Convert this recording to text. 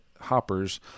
hoppers